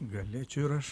galėčiau ir aš